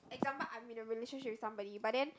example I'm with a relationship with somebody but then